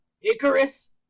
Icarus